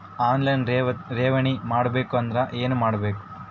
On line ಠೇವಣಿ ಮಾಡಬೇಕು ಅಂದರ ಏನ ಮಾಡಬೇಕು?